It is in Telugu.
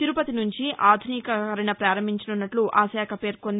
తిరుపతి నుంచి ఆధునికీకరణ పారంభించనున్నట్లు ఆశాఖ పేర్కొంది